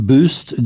Boost